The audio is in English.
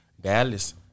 Dallas